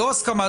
לא הסכמה,